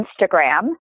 Instagram